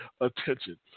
attention